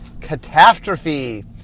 Catastrophe